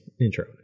intro